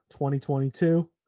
2022